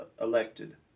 elected